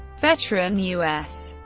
veteran u s.